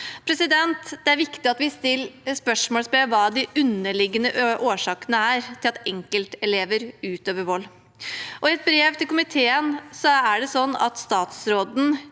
fungerer. Det er viktig at vi stiller spørsmålet om hva de underliggende årsakene er til at enkeltelever utøver vold. I et brev til komiteen har statsråden,